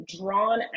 drawn